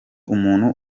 umuntu